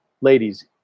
ladies